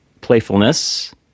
playfulness